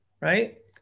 right